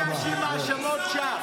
אל תאשים האשמות שווא.